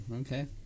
okay